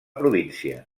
província